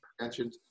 mentioned